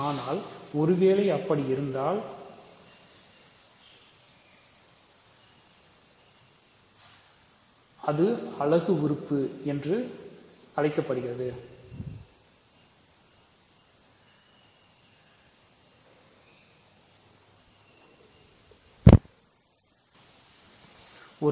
ஆனால் ஒருவேளை அப்படி இருந்தால் அதை ஒரு அலகு உறுப்பு என்று அழைக்கிறோம்